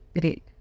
Great